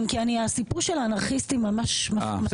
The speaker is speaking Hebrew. כן, כי הסיפור של אנרכיסטים ממש מטריד.